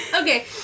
Okay